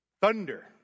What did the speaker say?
thunder